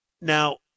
Now